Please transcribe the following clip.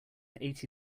eighty